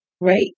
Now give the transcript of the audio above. Right